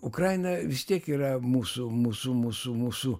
ukraina vis tiek yra mūsų mūsų mūsų mūsų